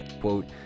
Quote